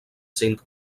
cinc